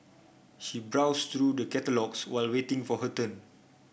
she browsed through the catalogues while waiting for her turn